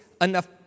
enough